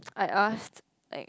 I asked like